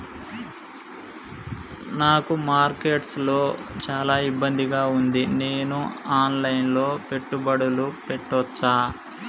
నాకు మార్కెట్స్ లో చాలా ఇబ్బందిగా ఉంది, నేను ఆన్ లైన్ లో పెట్టుబడులు పెట్టవచ్చా?